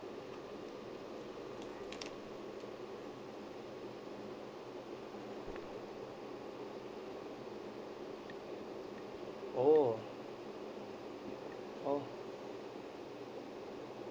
oh oh